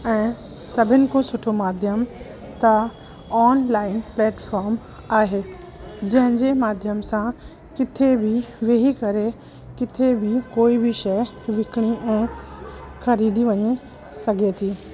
ऐं सभिनि खां सुठो माध्यम त ऑनलाइन प्लेटफ़ॉम आहे जंहिंजें माध्यम सां किथे बि वेही करे किथे बि कोई शइ विकिणे ऐं ख़रीदी वञे सघे थी